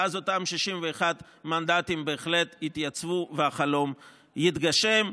ואז אותם 61 מנדטים בהחלט יתייצבו והחלום יתגשם.